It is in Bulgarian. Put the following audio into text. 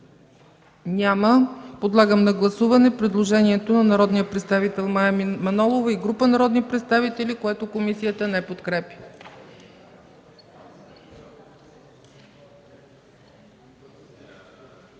Няма. Подлагам на гласуване предложението на народния представител Мая Манолова -§ 25, т. 1 да отпадне, което комисията не подкрепя.